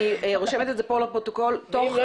אני רושמת את זה לפרוטוקול --- ואם לא,